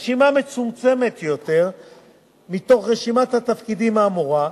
רשימה מצומצמת יותר מתוך רשימת התפקידים האמורה,